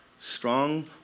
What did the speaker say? strong